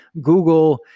Google